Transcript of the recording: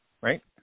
right